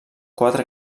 quatre